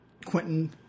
Quentin